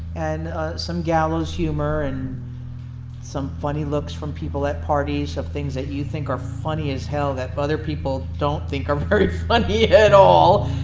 and ah some gallows humor. and some funny looks from people at parties from things that you think are funny as hell, that other people don't think are very funny at all!